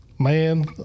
Man